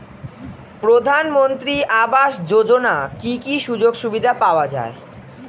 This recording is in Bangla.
প্রধানমন্ত্রী আবাস যোজনা কি কি সুযোগ সুবিধা পাওয়া যাবে?